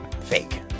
Fake